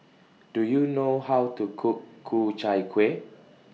Do YOU know How to Cook Ku Chai Kuih